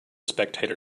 spectator